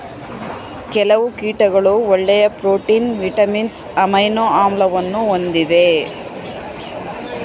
ಕೆಲವು ಕೀಟಗಳು ಒಳ್ಳೆಯ ಪ್ರೋಟೀನ್, ವಿಟಮಿನ್ಸ್, ಅಮೈನೊ ಆಮ್ಲವನ್ನು ಹೊಂದಿವೆ